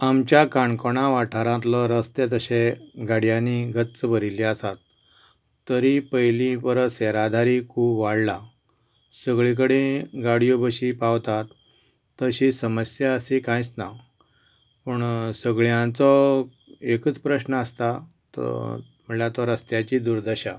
आमच्या काणकोणा वाठारांतलो रस्ते तशें गाडयांनी गच्च भरिल्ले आसात तरीय पयलीं परस येरादीर खूब वाडलां सगळे कडेन गाडयो कशी पावतात तशी समस्या अशी कांयच ना पूण सगळ्यांचो एकूच प्रस्न आसता म्हणल्यार तो रस्त्याची दुरदर्शा